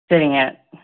சரிங்க